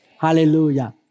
Hallelujah